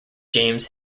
james